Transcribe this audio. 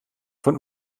von